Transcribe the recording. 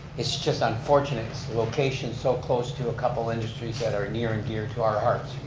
it's just unfortunate, its location so close to a couple industries that are near and dear to our hearts.